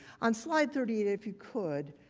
on slide thirty eight if you could,